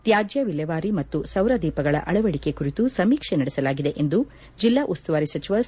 ತ್ಯಾಜ್ಯ ವಿಲೇವಾರಿ ಮತ್ತು ಸೌರ ದೀಪಗಳ ಅಳವಡಿಕೆ ಕುರಿತು ಸಮೀಕ್ಷೆ ನಡೆಸಲಾಗಿದೆ ಎಂದು ಜಿಲ್ಲಾ ಉಸ್ತುವಾರಿ ಸಚಿವ ಸಿ